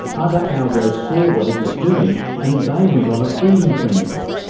other algos saw what it was doing and they went on a feeding frenzy.